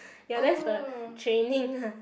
ya that's the training lah